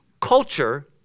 culture